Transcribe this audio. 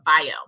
bio